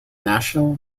national